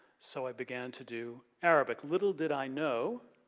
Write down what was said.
so i began to do arabic. little did i know